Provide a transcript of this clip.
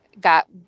got